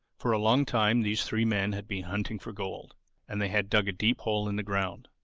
for a long time these three men had been hunting for gold and they had dug a deep hole in the ground.